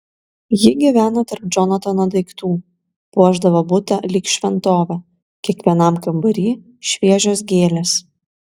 ji gyveno tarp džonatano daiktų puošdavo butą lyg šventovę kiekvienam kambary šviežios gėlės